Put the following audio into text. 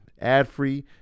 ad-free